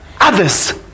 others